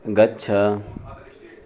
गच्छ